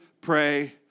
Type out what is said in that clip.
pray